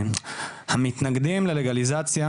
המתנגדים ללגליזציה,